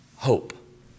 Hope